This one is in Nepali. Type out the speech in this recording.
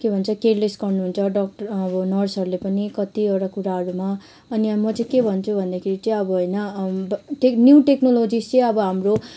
के भन्छ केयरलेस गर्नु्हुन्छ डक्टर अब नर्सहरूले पनि कत्तिवटा कुराहरूमा अनि अब म चाहिँ के भन्छु भन्दाखेरि चाहिँ अब होइन ब टेक न्यू टेक्नोलोजिस चाहिँ अब हाम्रो